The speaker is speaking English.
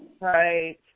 Right